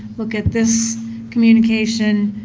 look at this communication.